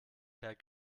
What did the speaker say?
per